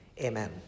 Amen